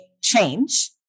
change